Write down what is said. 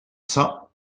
cents